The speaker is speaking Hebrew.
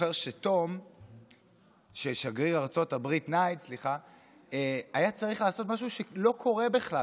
זוכר ששגריר ארצות הברית ניידס היה צריך לעשות משהו שלא קורה בכלל